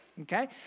okay